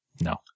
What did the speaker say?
No